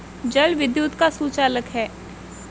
जल विद्युत का सुचालक है